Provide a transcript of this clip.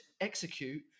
execute